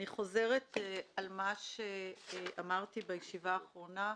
אני חוזרת על מה שאמרתי בישיבה האחרונה.